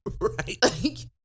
Right